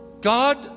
god